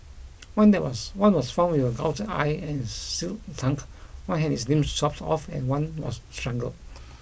one there was one was found with a gouged eye and slit tongue one had its limbs chopped off and one was strangled